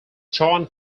john